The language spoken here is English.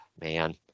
Man